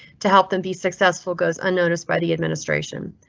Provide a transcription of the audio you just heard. to help them be successful goes unnoticed by the administration,